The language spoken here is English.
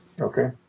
Okay